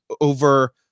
over